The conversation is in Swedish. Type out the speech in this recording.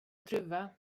druva